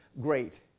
great